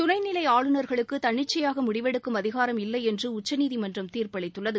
துணை நிலை ஆளுநர்களுக்கு தன்னிச்சையாக முடிவெடுக்கும் அதிகாரம் இல்லை என்று உச்சநீதிமன்றம் தீர்ப்பளித்துள்ளது